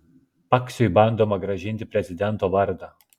paksiui bandoma grąžinti prezidento vardą